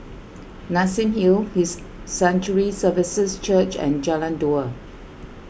Nassim Hill His Sanctuary Services Church and Jalan Dua